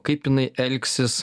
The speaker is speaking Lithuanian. kaip jinai elgsis